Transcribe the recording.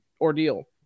ordeal